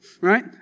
right